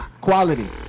Quality